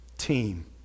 team